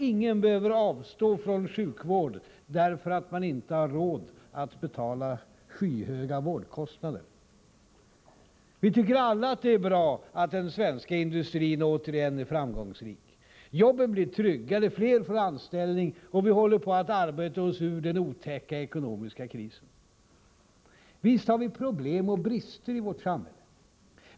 Ingen behöver avstå från sjukvård därför att man inte har råd att betala skyhöga vårdkostnader. Vi tycker alla att det är bra att den svenska industrin återigen är framgångsrik. Jobben blir tryggare, fler får anställning och vi håller på att arbeta oss ur den otäcka ekonomiska krisen. Visst har vi problem och brister i vårt samhälle.